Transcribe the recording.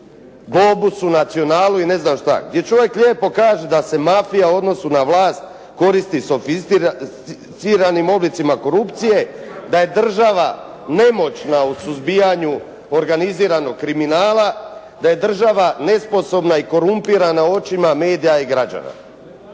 "Globusu", "Nacionalu" i ne znam šta, gdje čovjek lijepo kaže da se mafija u odnosu na vlast koristi sofisticiranim oblicima korupcije, da je država nemoćna u suzbijanju organiziranog kriminala, da je država nesposobna i korumpirana u očima medija i građana.